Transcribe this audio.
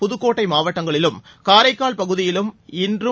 புதுக்கோட்டை மாவட்டங்களிலும் காரைக்கால் பகுதியிலும் இன்றும்